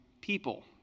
people